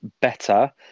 better